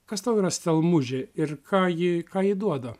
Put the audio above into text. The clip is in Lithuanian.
kas tau yra stelmužė ir ką ji ką ji duoda